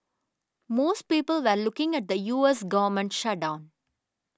most people were looking at the U S government shutdown